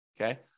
okay